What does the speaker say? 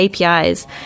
APIs